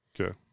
Okay